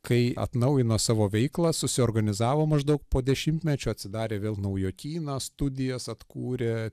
kai atnaujino savo veiklą susiorganizavo maždaug po dešimtmečio atsidarė vėl naujokyną studijas atkūrė